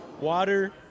Water